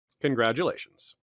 congratulations